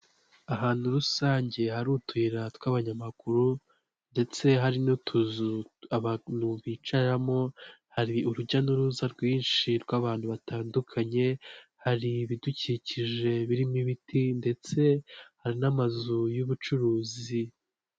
Ahantu rusange hari utuyira tw'abanyamaguru ndetse hari n'utuzu abantu bicaramo, hari urujya n'uruza rwinshi rw'abantu batandukanye, hari ibidukikije birimo ibiti ndetse hari n'amazu y'ubucuruzi.